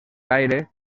gaire